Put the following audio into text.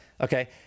okay